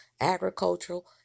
agricultural